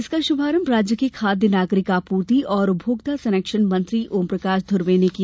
इसका शुभारंभ राज्य के खाद्य नागरिक आपूर्ति और उपभोक्ता संरक्षण मंत्री ओमप्रकाश धुर्वे ने किया